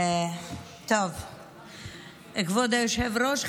כבוד היושב-ראש,